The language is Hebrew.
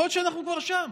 יכול להיות שאנחנו כבר שם.